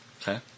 Okay